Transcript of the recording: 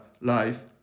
life